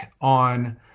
on